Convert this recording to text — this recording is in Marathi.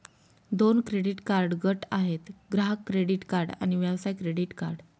दोन क्रेडिट कार्ड गट आहेत, ग्राहक क्रेडिट कार्ड आणि व्यवसाय क्रेडिट कार्ड